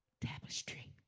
tapestry